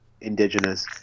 indigenous